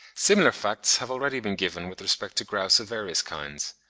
similar facts have already been given with respect to grouse of various kinds.